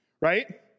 right